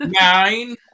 Nine